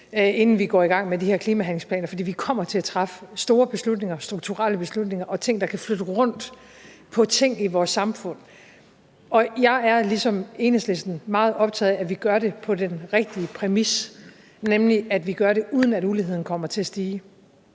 inden vi går i gang med de her klimahandlingsplaner, fordi vi kommer til at træffe store beslutninger, strukturelle beslutninger i forhold til ting, der kan flytte rundt på ting i vores samfund. Jeg er ligesom Enhedslisten meget optaget af, at vi gør det på den rigtige præmis, nemlig at vi gør det, uden at uligheden kommer til at stige,